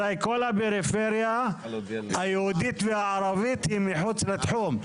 אז כל הפריפריה היהודית והערבית היא מחוץ לתחום.